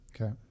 Okay